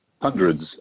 hundreds